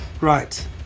Right